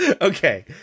Okay